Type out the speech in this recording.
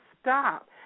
stop